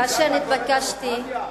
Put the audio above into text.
(חבר הכנסת חיים כץ יוצא מאולם המליאה.) כאשר נתבקשתי,